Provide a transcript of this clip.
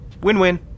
Win-win